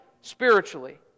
spiritually